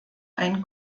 ein